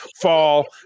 fall